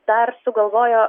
dar sugalvojo